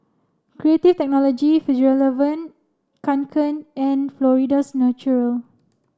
Creative Technology Fjallraven Kanken and Florida's Natural